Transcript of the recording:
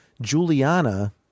Juliana